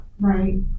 right